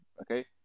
okay